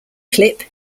clip